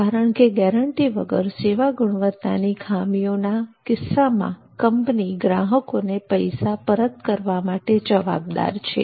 કારણ કે ગેરંટી વગર સેવા ગુણવત્તાની ખામીઓના કિસ્સામાં કંપની ગ્રાહકોને પૈસા પરત કરવા માટે જવાબદાર છે